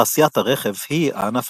תעשיית הרכב היא הענף